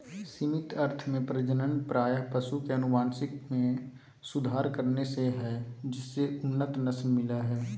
सीमित अर्थ में प्रजनन प्रायः पशु के अनुवांशिक मे सुधार करने से हई जिससे उन्नत नस्ल मिल हई